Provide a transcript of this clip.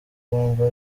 mpamvu